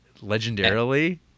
legendarily